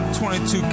22